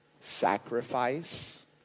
sacrifice